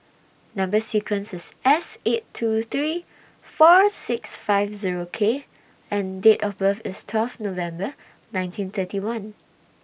Number sequence IS S eight two three four six five Zero K and Date of birth IS twelve November nineteen thirty one